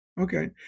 okay